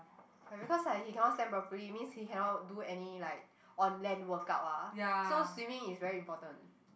like because like he cannot stand properly means he cannot do any like on land workout ah so swimming is very important